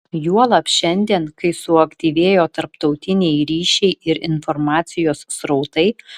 juolab šiandien kai suaktyvėjo tarptautiniai ryšiai ir informacijos srautai